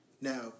Now